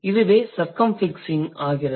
இதுவே சர்கம்ஃபிக்ஸிங் ஆகிறது